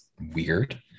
weird